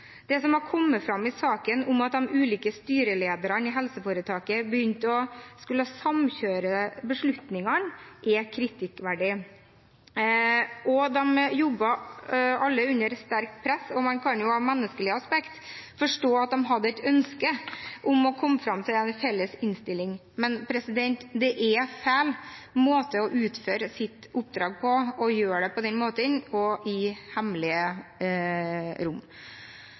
Det som har kommet fram i saken om at de ulike styrelederne i helseforetaket begynte å skulle samkjøre beslutningene, er kritikkverdig. De jobbet alle under sterkt press, og man kan ut fra menneskelige aspekter forstå at de hadde et ønske om å komme fram til en felles innstilling, men det er feil måte å utføre ens oppdrag på å gjøre det på den måten og i hemmelige rom.